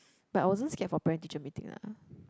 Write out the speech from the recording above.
but I wasn't scared for parent teacher meeting lah